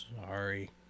Sorry